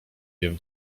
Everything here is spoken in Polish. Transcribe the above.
wiem